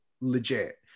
legit